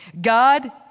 God